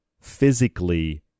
physically